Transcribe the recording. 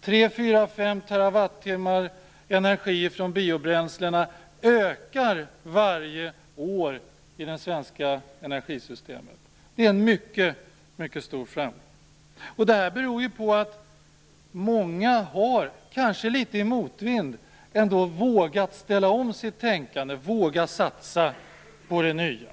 De tre, fyra, fem terrawattimmarna energi från biobränslena ökas på varje år i det svenska energisystemet. Det är en mycket stor framgång. Den beror ju på att många, kanske litet i motvind, ändå har vågat ställa om sitt tänkande och vågat satsa på det nya.